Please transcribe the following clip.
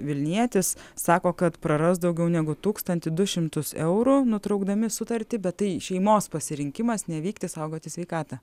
vilnietis sako kad praras daugiau negu tūkstantį du šimtus eurų nutraukdami sutartį bet tai šeimos pasirinkimas nevykti saugoti sveikatą